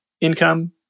income